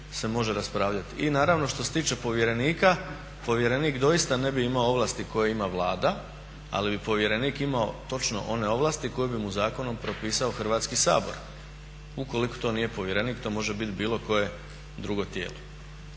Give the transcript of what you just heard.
I naravno što se tiče povjerenika, povjeren doista ne bi imao ovlasti koje ima Vlada ali bi povjerenik imao točno one ovlasti koje bi mu zakonom propisao Hrvatski sabor. Ukoliko to nije povjerenik to može biti bilo koje drugo tijelo.